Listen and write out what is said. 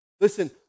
Listen